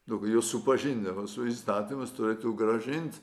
daug juos supažindina su įstatymas turėtų grąžinti